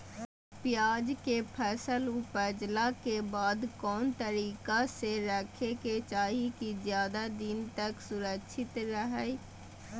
प्याज के फसल ऊपजला के बाद कौन तरीका से रखे के चाही की ज्यादा दिन तक सुरक्षित रहय?